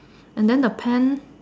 and then the pan